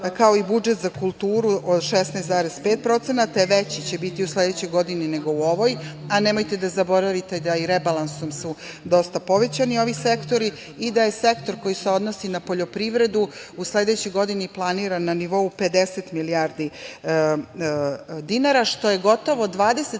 kao i budžet za kulturu od 16,5%. Veći će biti u sledećoj godini nego u ovoj, a nemojte da zaboravite da su rebalansom dosta povećani ovi sektori i da je sektor koji se odnosi na poljoprivredu u sledećoj godini planiran na nivou 50 milijardi dinara, što je gotovo 20 milijardi